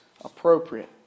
appropriate